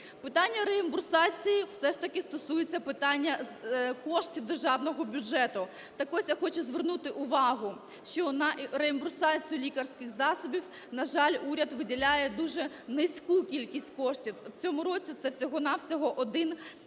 Питання реімбурсації все ж таки стосується питання коштів державного бюджету. Так ось, я хочу звернути увагу, що на реімбурсацію лікарських засобів, на жаль, уряд виділяє дуже низьку кількість коштів, в цьому році це всього-на-всього один